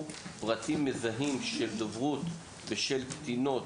פרטים מזהים של דוברות בשל קטינות,